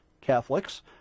Catholics